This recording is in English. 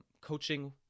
coaching